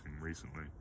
recently